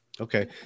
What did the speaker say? Okay